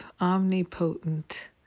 omnipotent